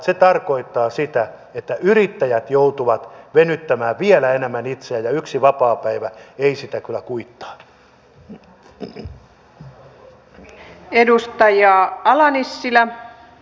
se tarkoittaa sitä että yrittäjät joutuvat venyttämään vielä enemmän itseään ja yksi vapaapäivä ei sitä kyllä kuittaa